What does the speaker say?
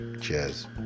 cheers